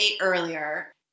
earlier